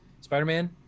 Spider-Man